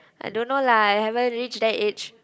I don't know lah I haven't reach that age